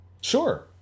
Sure